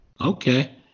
Okay